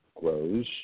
grows